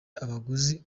abaguze